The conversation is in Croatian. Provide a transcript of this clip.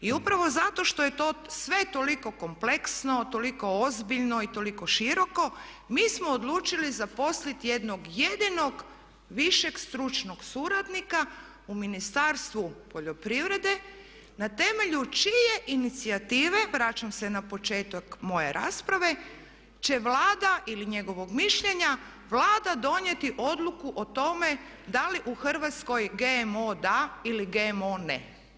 I upravo zato što je to sve toliko kompleksno, toliko ozbiljno i toliko široko mi smo odlučili zaposliti jednog jedinog višeg stručnog suradnika u Ministarstvu poljoprivrede na temelju čije inicijative, vraćam se na početak moje rasprave će Vlada ili njegovog mišljenja Vlada donijeti odluku o tome da li u Hrvatskoj GMO da ili GMO ne.